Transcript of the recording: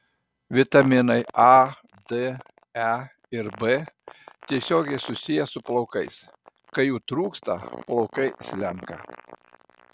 vitaminai a d e ir b tiesiogiai susiję su plaukais kai jų trūksta plaukai slenka